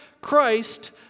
Christ